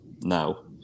now